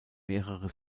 mehrere